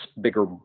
bigger